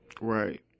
Right